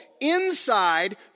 inside